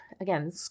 again